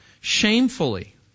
shamefully